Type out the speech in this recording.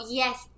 yes